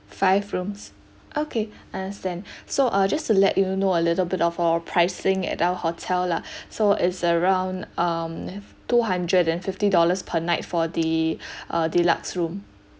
five rooms okay understand so uh just to let you know a little bit of our pricing at our hotel lah so it's around um two hundred and fifty dollars per night for the uh deluxe room